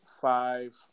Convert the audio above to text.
five